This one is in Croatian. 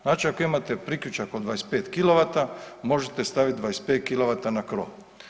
Znači ako imate priključak od 25 kilovata možete stavit 25 kilovata na krov.